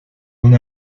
una